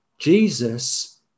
Jesus